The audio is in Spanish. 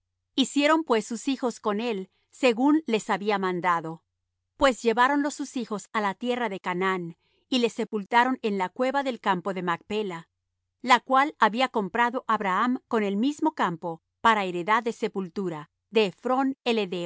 hicieron pues sus hijos con él según les había mandado pues lleváronlo sus hijos á la tierra de canaán y le sepultaron en la cueva del campo de macpela la que había comprado abraham con el mismo campo para heredad de sepultura de